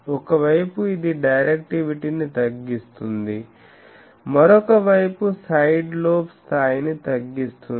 ఒక వైపు ఇది డైరెక్టివిటీని తగ్గిస్తుంది మరొక వైపు సైడ్ లోబ్ స్థాయిని తగ్గిస్తుంది